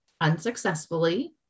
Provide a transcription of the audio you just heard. unsuccessfully